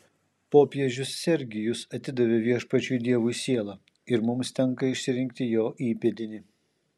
popiežius sergijus atidavė viešpačiui dievui sielą ir mums tenka išsirinkti jo įpėdinį